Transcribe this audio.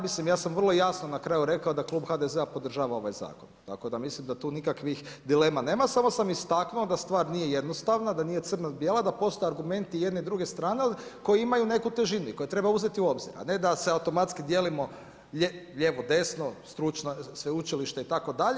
Mislim ja sam vrlo jasno na kraju rekao da klub HDZ-a podržava ovaj zakon, tako da mislim da tu nikakvih dilema nema, samo sam istaknuo da stvar nije jednostavna, da nije crno-bijela, da postoje argumenti jedne i druge strane ali koji imaju neku težinu i koju treba uzeti u obzir, a ne da se automatski dijelimo lijevo, desno, stručno sveučilište itd.